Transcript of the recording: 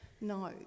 no